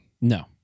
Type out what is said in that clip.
No